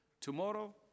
Tomorrow